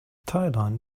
thailand